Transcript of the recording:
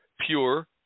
pure